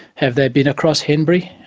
have they been across henbury?